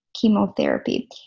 chemotherapy